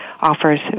offers